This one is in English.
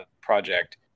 project